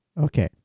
Okay